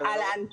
אהלן.